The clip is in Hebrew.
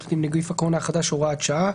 עם נגיף הקורונה החדש (הוראת שעה)